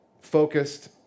focused